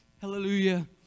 hallelujah